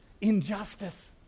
injustice